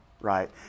right